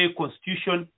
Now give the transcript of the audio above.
constitution